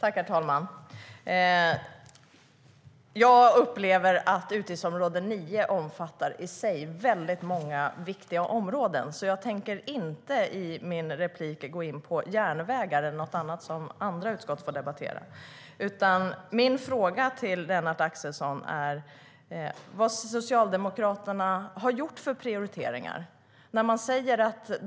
Herr talman! Jag upplever att utgiftsområde 9 i sig omfattar väldigt många viktiga områden, så jag tänker inte i min replik gå in på järnvägar eller något annat som andra utskott får debattera. Min fråga till Lennart Axelsson är: Vad har Socialdemokraterna gjort för prioriteringar?